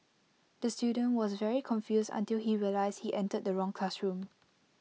the student was very confused until he realised he entered the wrong classroom